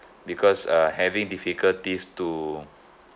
because uh having difficulties to